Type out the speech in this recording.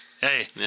hey